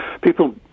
People